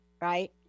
right